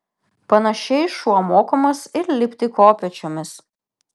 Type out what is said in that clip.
panašiai šuo mokomas ir lipti kopėčiomis